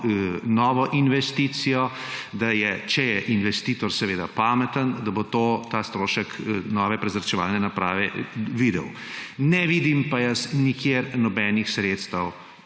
novo investicijo, da bo, če je investitor seveda pameten, ta strošek nove prezračevalne naprave videl. Ne vidim pa jaz nikjer nobenih sredstev